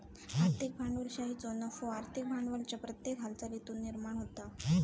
आर्थिक भांडवलशाहीचो नफो आर्थिक भांडवलाच्या प्रत्येक हालचालीतुन निर्माण होता